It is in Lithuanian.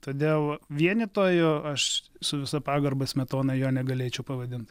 todėl vienytoju aš su visa pagarba smetonai jo negalėčiau pavadint